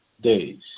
days